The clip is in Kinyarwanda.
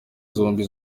zombi